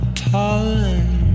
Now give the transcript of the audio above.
pollen